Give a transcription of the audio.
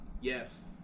Yes